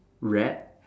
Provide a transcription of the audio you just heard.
rat